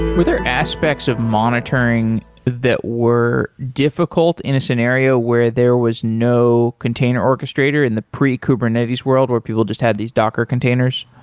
were there aspects of monitoring that were difficult in a scenario where there was no container orchestrator in the pre-kubernetes world or people just had these docker containers?